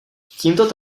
tímto